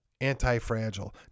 anti-fragile